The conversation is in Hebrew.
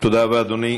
תודה רבה, אדוני.